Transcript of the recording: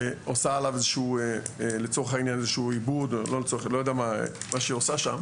ולצורך העניין עושה איזשהו עיבוד לא יודע מה היא עושה שם